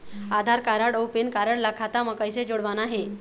आधार card अऊ PAN card ला खाता म कइसे जोड़वाना हे?